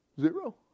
zero